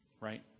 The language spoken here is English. right